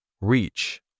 reach